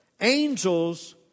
Angels